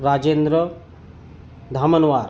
Rajendra Dhamanwar